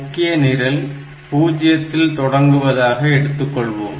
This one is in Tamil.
முக்கிய நிரல் 0 இல் தொடங்குவதாக எடுத்துக்கொள்வோம்